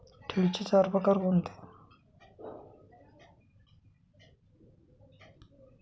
ठेवींचे चार प्रकार कोणते?